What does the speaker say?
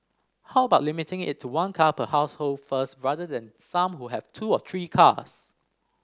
how about limiting it to one car per household first rather than some who have two or three cars